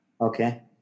Okay